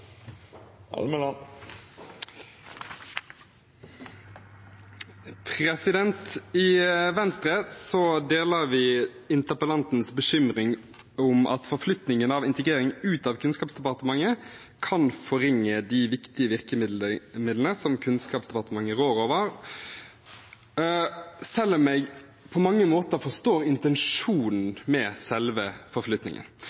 I Venstre deler vi interpellantens bekymring om at forflytningen av integrering ut av Kunnskapsdepartementet kan forringe de viktige virkemidlene som Kunnskapsdepartementet rår over, selv om jeg på mange måter forstår